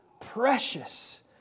precious